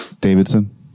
Davidson